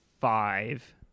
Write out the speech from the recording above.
five